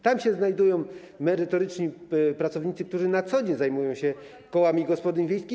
Tam się znajdują merytoryczni pracownicy, którzy na co dzień zajmują się kołami gospodyń wiejskich.